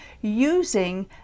using